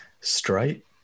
straight